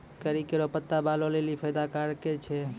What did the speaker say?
करी केरो पत्ता बालो लेलि फैदा कारक छै